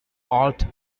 alt